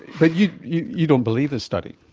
but you you don't believe this study.